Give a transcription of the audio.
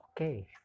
okay